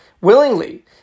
willingly